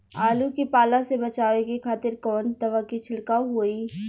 आलू के पाला से बचावे के खातिर कवन दवा के छिड़काव होई?